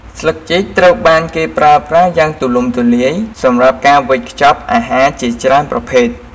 ស្លឹកចេកត្រូវបានគេប្រើប្រាស់យ៉ាងទូលំទូលាយសម្រាប់ការវេចខ្ចប់អាហារជាច្រើនប្រភេទ។